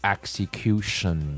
Execution